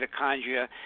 mitochondria